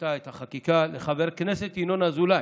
וליוותה את החקיקה, לחבר הכנסת ינון אזולאי,